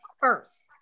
first